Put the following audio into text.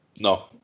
no